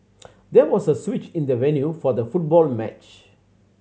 there was a switch in the venue for the football match